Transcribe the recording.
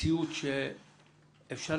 מציאות שאפשר